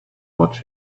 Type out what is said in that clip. watch